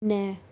न